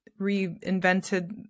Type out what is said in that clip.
reinvented